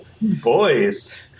Boys